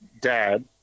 dad